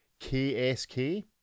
KSK